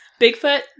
Bigfoot